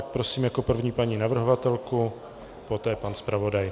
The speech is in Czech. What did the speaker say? Prosím jako první paní navrhovatelku, poté pan zpravodaj.